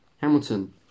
Hamilton